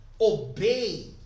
Obey